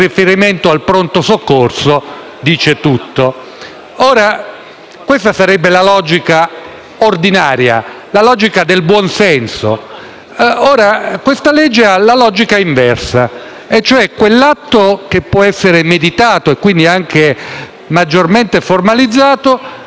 questa sarebbe la logica ordinaria e del buon senso. Il provvedimento in esame ha la logica inversa, e cioè quell'atto che può essere meditato e quindi anche maggiormente formalizzato viene reso scevro da qualsiasi formalità,